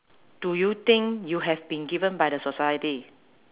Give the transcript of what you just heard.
do you think you have been given by the society